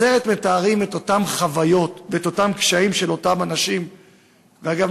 בסרט מתארים את החוויות והקשיים של אותם אנשים אגב,